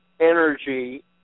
energy